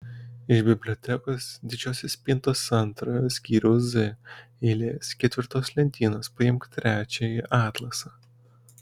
iš bibliotekos didžiosios spintos antrojo skyriaus z eilės ketvirtos lentynos paimk trečiąjį atlasą